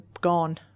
gone